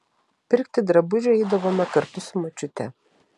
pirkti drabužių eidavome kartu su močiute